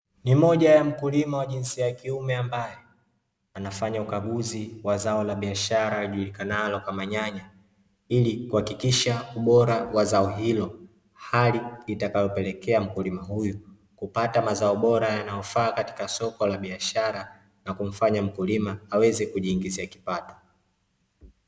Ni moja ya mkulima wa jinsia ya kiume ambaye anafanya ukaguzi wa zao la biashara ijulikanalo kama nyanya, ili kuhakikisha ubora wa zao hilo, hali itakayopelekea mkulima huyu kupata mazao bora yanayofaa katika soko la biashara na kumfanya mkulima aweze kujiingizia kipato.